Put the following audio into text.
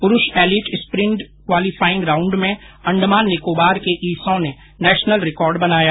पुरूष elite sprint qualifying round में अण्डमान निकोबार के ईसॉ ने नेशनल रिकॉर्ड बनाया